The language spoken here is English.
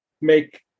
make